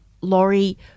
Laurie